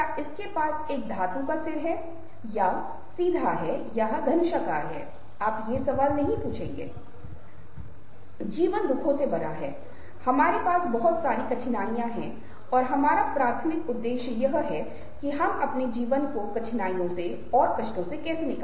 आज की बात में हम पहले ६ पर ध्यान केंद्रित करेंगे और इसकी पहचान करने की कोशिश करेंगे बुनियादी तरीका यह है कि आप इन भावनाओं के बीच अंतर कैसे करें